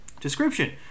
Description